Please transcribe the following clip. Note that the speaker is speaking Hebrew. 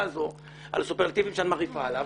הזאת על הסופרלטיבים שאת מרעיפה עליו.